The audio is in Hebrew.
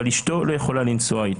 אבל אשתו לא יכולה לבוא אתו.